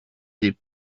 des